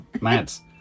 Mads